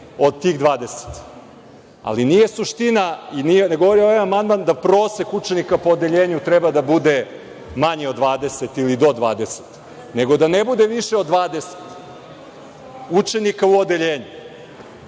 od tih 20. Ali, nije suština i ne govori ovaj amandman da prosek učenika po odeljenju treba da bude manje od 20 ili do 20, nego da ne bude više od 20 učenika u odeljenju.Zašto